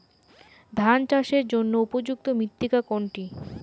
ধান চাষের জন্য উপযুক্ত মৃত্তিকা কোনটি?